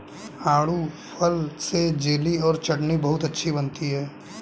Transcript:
आड़ू फल से जेली और चटनी बहुत अच्छी बनती है